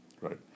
right